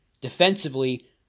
Defensively